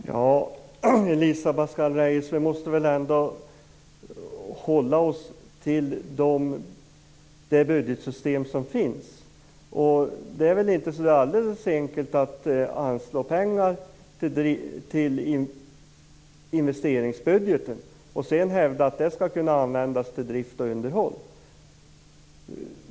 Fru talman! Elisa Abascal Reyes! Vi måste väl ändå hålla oss till det budgetsystem som finns. Det är inte så där alldeles enkelt att anslå pengar till investeringsbudgeten och sedan hävda att de skall kunna användas till drift och underhåll.